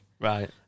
Right